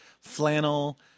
flannel